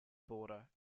border